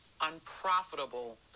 unprofitable